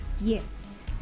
yes